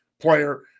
player